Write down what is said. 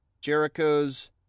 Jericho's